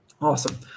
Awesome